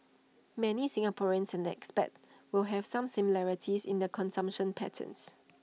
many Singaporeans and expats will have some similarities in their consumption patterns